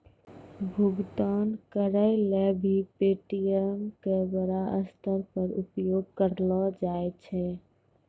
भुगतान करय ल भी पे.टी.एम का बड़ा स्तर पर उपयोग करलो जाय छै